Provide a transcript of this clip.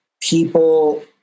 people